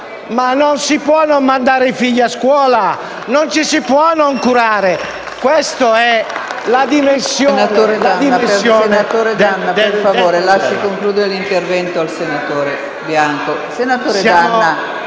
ma non si può non mandare i figli a scuola; non ci si può non curare.